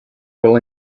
will